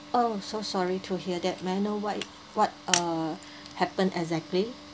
oh so sorry to hear that may I know why what uh happened exactly